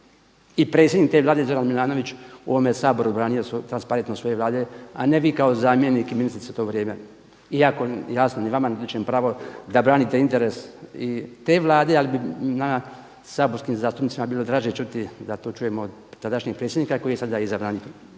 i predsjednik te Vlade Zoran Milanović u ovome Saboru branio transparentnost svoje Vlade a ne vi kao zamjenik ministrice u to vrijeme iako jasno ni vama ne … pravo da branite interes i te Vlade ali nama saborskim zastupnicima bilo draže čuti da to čujemo od tadašnjeg predsjednika koji je sada izabran